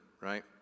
right